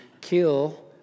kill